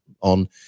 on